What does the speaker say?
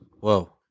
whoa